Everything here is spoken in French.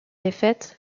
défaite